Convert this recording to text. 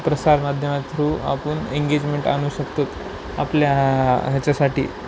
प्रसार माध्यमा थ्रू आपण एंगेजमेंट आणू शकतो आपल्या ह्याच्यासाठी